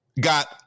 got